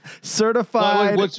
certified